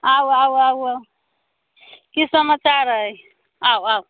आउ आउ आउ आउ की समाचार अइ आउ आउ